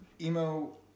emo